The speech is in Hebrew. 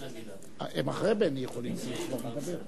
להעלות את הנושא: כישלון ממשלת